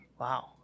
Wow